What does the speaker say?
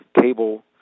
cable